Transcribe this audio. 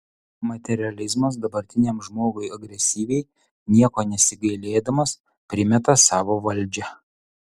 materializmas dabartiniam žmogui agresyviai nieko nesigailėdamas primeta savo valdžią